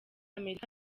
amerika